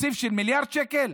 תקציב של מיליארד שקל,